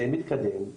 זה מתקדם,